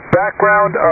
background